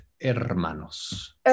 Hermanos